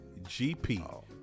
GP